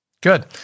Good